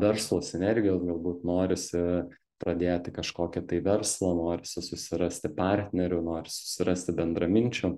verslo sinergijos galbūt norisi pradėti kažkokį tai verslą norisi susirasti partnerių nori susirasti bendraminčių